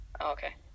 Okay